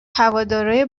هوادارای